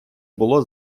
було